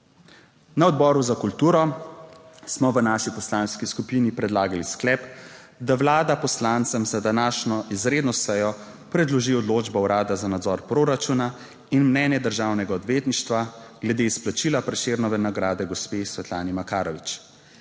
Na Odboru za kulturo smo v naši poslanski skupini predlagali sklep, da Vlada poslancem za današnjo izredno sejo predloži odločbo Urada za nadzor proračuna in mnenje Državnega odvetništva glede izplačila Prešernove nagrade gospe Svetlani Makarovič.